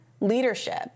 leadership